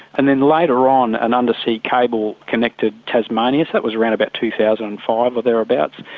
and then later on, an undersea cable connected tasmania, that was around about two thousand and five or thereabouts.